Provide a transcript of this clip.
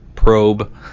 probe